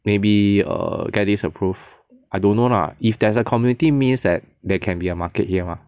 maybe err get this approved I don't know lah if there is a community means that there can be a market here mah